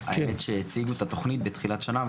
הציגו את התכנית בתחילת השנה,